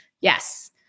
yes